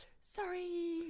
sorry